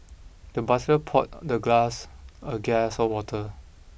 the butler poured the glass a guest of water